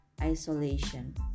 isolation